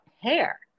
hair